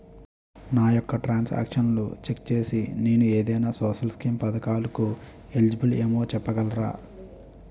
నా యెక్క ట్రాన్స్ ఆక్షన్లను చెక్ చేసి నేను ఏదైనా సోషల్ స్కీం పథకాలు కు ఎలిజిబుల్ ఏమో చెప్పగలరా?